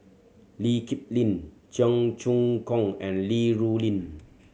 Lee Kip Lin Cheong Choong Kong and Li Rulin